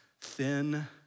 thin